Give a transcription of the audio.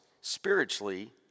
spiritually